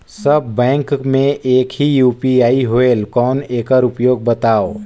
सब bank मे एक ही यू.पी.आई होएल कौन एकर उपयोग बताव?